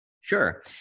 sure